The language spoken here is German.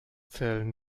zählen